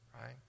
right